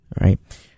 right